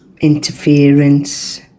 interference